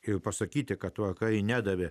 ir pasakyti kad tuo kai nedavė